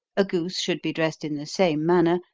a goose should be dressed in the same manner,